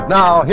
now